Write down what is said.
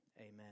Amen